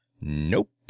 Nope